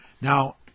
Now